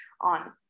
on